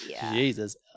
Jesus